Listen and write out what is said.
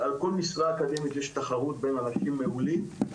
על כל משרה אקדמית יש תחרות בין אנשים מעולים.